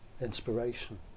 inspiration